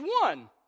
one